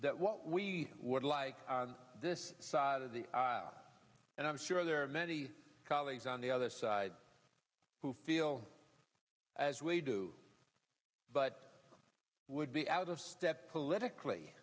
that what we would like this side of the aisle and i'm sure there are many colleagues on the other side who feel as we do but would be out of step politically